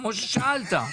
כמו ששאלת.